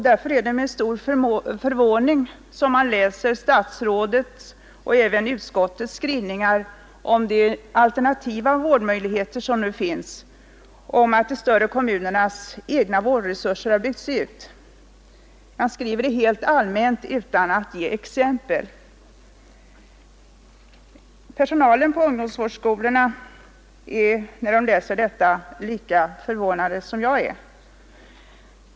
Därför är det med stor förvåning som man läser statsrådets och utskottets skrivningar om de alternativa vårdmöjligheter som nu finns och om att de större kommunernas egna vårdresurser har byggts ut. Man skriver helt allmänt utan att ge exempel. De anställda på ungdomsvårdsskolorna är, när de läser detta, lika förvånade som jag.